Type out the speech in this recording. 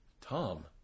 Tom